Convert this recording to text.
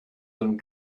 and